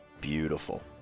Beautiful